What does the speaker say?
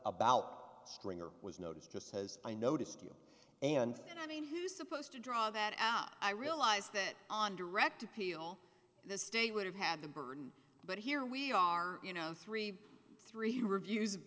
about stringer was notice just says i noticed you and i mean who's supposed to draw that out i realize that on direct appeal the state would have had the burden but here we are you know three three reviews